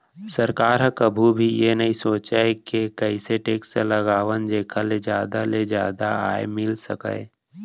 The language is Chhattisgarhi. सरकार ह कभू भी ए नइ सोचय के कइसे टेक्स लगावन जेखर ले जादा ले जादा आय मिल सकय